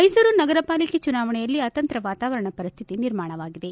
ಮೈಸೂರು ನಗರ ಪಾಲಿಕೆ ಚುನಾವಣೆಯಲ್ಲಿ ಅತಂತ್ರ ವಾತವರಣ ಪರಿಸ್ವಿತಿ ನಿರ್ಮಾಣವಾಗಿದೆ